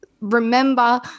remember